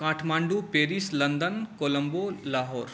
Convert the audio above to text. Kathmandu Paris London Colombo Lahore